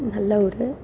நல்ல ஒரு